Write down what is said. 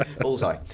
Bullseye